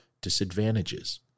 disadvantages